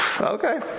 okay